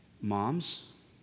Moms